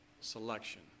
selection